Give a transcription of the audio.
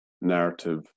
narrative